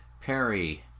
Perry